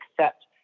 accept